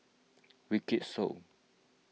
Wykidd Song